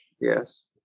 Yes